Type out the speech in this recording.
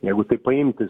jeigu taip paimti